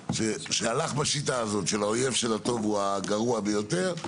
שהלך בשיטה הזאת של האויב של הטוב הוא הגרוע ביותר,